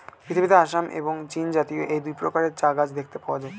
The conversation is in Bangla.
পৃথিবীতে আসাম এবং চীনজাতীয় এই দুই প্রকারের চা গাছ দেখতে পাওয়া যায়